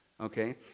okay